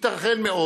ייתכן מאוד